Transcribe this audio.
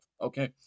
okay